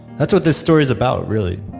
that's what this story is about, really.